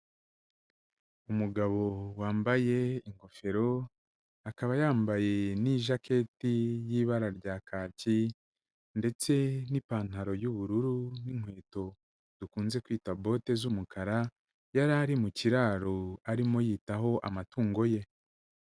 Umugabo wambaye ingofero, akaba yambaye n'ijaketi y'ibara rya kaki ndetse n'ipantaro y'ubururu n'inkweto dukunze kwita bote z'umukara, yari ari mu kiraro arimo yitaho amatungo ye.